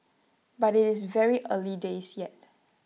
but IT is very early days yet